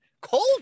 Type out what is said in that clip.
cold